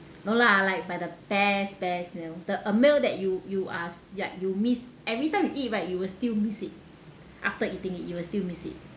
no lah like by the best best meal the a meal that you you are like you miss every time you eat but you will still miss it after eating it you will still miss it